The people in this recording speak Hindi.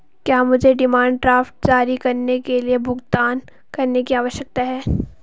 क्या मुझे डिमांड ड्राफ्ट जारी करने के लिए भुगतान करने की आवश्यकता है?